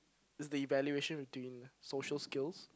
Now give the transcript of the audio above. it's the evaluation between social skills